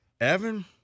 Evan –